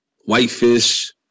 whitefish